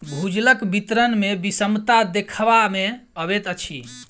भूजलक वितरण मे विषमता देखबा मे अबैत अछि